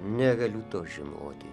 negaliu to žinoti